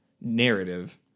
narrative